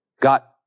got